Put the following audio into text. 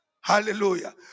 Hallelujah